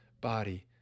body